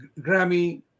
Grammy